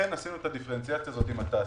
לכן עשינו את הדיפרנציאציה הזאת של התעשייה,